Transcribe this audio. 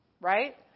right